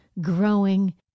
growing